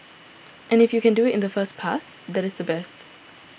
and if you can do it in the first pass that is the best